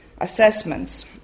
assessments